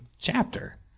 chapter